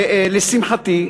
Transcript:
לשמחתי,